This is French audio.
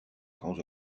grands